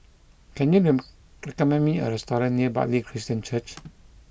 can you recommend me a restaurant near Bartley Christian Church